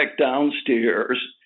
downstairs